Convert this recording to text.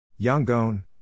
Yangon